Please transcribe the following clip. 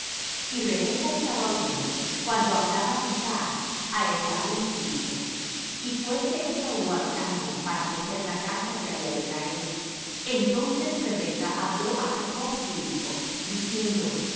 y rebeca estaba oyendo cuando hablaba isaac á esaú su hijo y fuése esaú al campo para coger la caza que había de traer entonces rebeca habló á jacob su hijo diciendo he